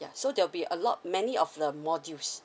yeah so there'll be a lot many of the modules